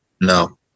No